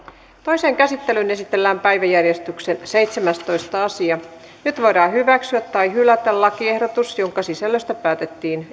toiseen käsittelyyn esitellään päiväjärjestyksen seitsemästoista asia nyt voidaan hyväksyä tai hylätä lakiehdotus jonka sisällöstä päätettiin